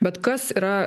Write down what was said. bet kas yra